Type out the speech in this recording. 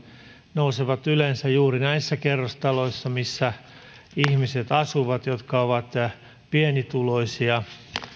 nousevat yleensä juuri näissä kerrostaloissa missä asuvat ihmiset jotka ovat pienituloisia